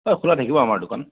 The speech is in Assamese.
অ খোলা থাকিব আমাৰ দোকান